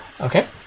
Okay